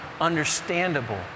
understandable